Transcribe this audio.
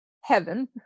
heaven